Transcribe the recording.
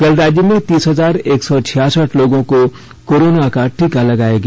कल राज्य में तीस हजार एक सौ छियासठ लोगों को कोरोना टीका लगाया गया